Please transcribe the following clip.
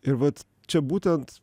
ir vat čia būtent